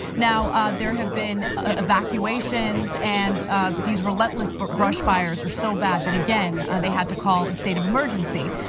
now there have been evacuations and these relentless brush fires are so bad that, again, they had to call a state of emergency.